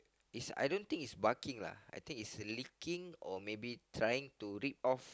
is I don't think is barking lah I think is licking or maybe trying to lick off